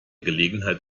gelegenheit